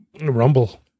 Rumble